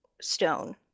stone